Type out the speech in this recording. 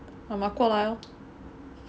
我妈过来 lor